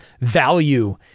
value